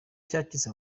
cyacitse